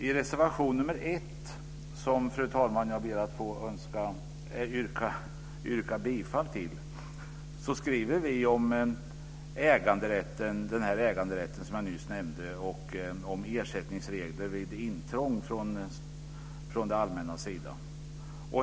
I reservation nr 1, som jag ber att få yrka bifall till, fru talman, skriver vi om den äganderätt jag nyss nämnde och ersättningsregler vid intrång från det allmännas sida.